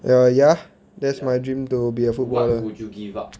ya ya that's my dream to be a footballer